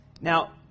Now